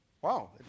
Wow